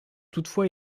toutefois